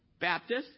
Baptist